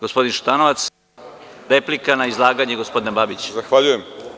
Gospodin Šutanovac, replika na izlaganje gospodina Babića.